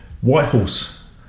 Whitehorse